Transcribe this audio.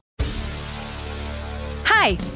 Hi